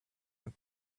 and